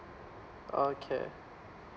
okay